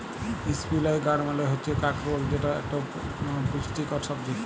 ইসপিলই গাড় মালে হচ্যে কাঁকরোল যেট একট পুচটিকর ছবজি